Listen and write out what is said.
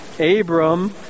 Abram